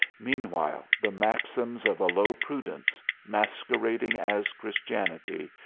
meanwhile, the maxims of a low prudence, masquerading as christianity,